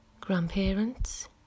Grandparents